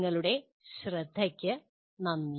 നിങ്ങളുടെ ശ്രദ്ധയ്ക്ക് വളരെ നന്ദി